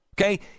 Okay